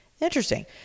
interesting